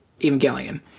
Evangelion